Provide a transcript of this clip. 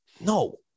no